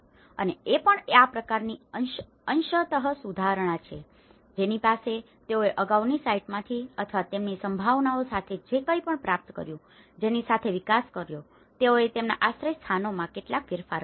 અને એ પણ આ એક પ્રકારની અંશત સુધારણા છે જેની પાસે તેઓએ અગાઉની સાઇટમાંથી અથવા તેમની સંભાવનાઓ સાથે જે કંઇપણ પ્રાપ્ત કર્યું છે જેની સાથે વિકાસ કર્યો છે તેઓએ તેમના આશ્રયસ્થાનોમાં કેટલાક ફેરફાર કર્યા છે